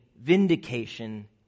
vindication